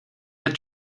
had